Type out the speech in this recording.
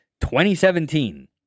2017